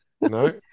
No